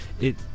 It-